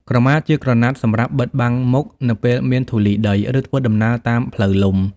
ក្រមាជាក្រណាត់សម្រាប់បិទបាំងមុខ នៅពេលមានធូលីដី ឬធ្វើដំណើរតាមផ្លូវលំ។